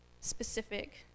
specific